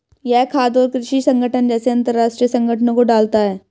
यह खाद्य और कृषि संगठन जैसे अंतरराष्ट्रीय संगठनों को डालता है